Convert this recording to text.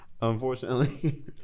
Unfortunately